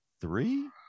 three